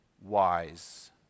wise